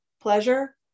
pleasure